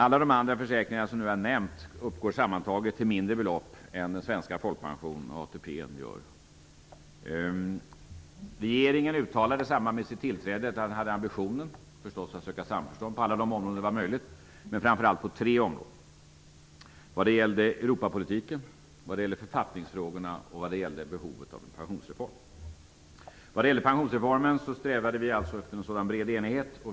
Alla de andra försäkringarna som jag nu har nämnt uppgår sammantaget till mindre belopp än den svenska folkpensionen och ATP:n gör. Regeringen uttalade i samband med sitt tillträde att den hade ambitionen att söka samförstånd på alla de områden där det var möjligt, men framför allt på tre områden: Europapolitiken, författningsfrågorna och behovet av en pensionsreform. Vad gäller pensionsreformen strävade vi alltså efter en sådan bred enighet.